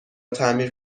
تعمیر